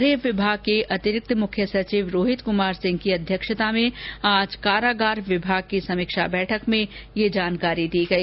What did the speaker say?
गृह विभाग के अतिरिक्त मुख्य सचिव रोहित कुमार सिंह की अध्यक्षता में आज कारागार विभाग की समीक्षा बैठक में यह जानकारी दी गई